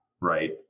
Right